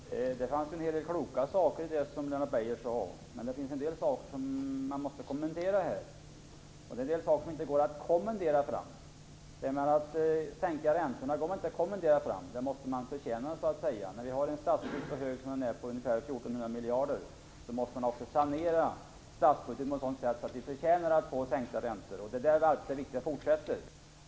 Fru talman! Det fanns en hel del kloka saker i det som Lennart Beijer sade. Men det fanns en del saker som jag måste kommentera. Det är en del saker som inte går att kommendera fram. Det går inte att kommendera fram sänkta räntor. Det måste man förtjäna. När vi har en statsskuld på ungefär 14 000 miljarder måste man också sanera statsbudgeten på ett sådant sätt att vi förtjänar att få sänkta räntor. Det viktiga arbetet fortsätter.